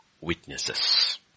witnesses